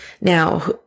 Now